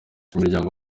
imiryango